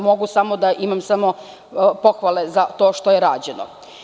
Mogu samo da imam pohvale za to što je rađeno.